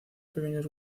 pequeños